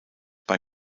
bei